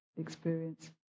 experience